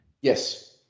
Yes